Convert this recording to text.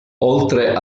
oltre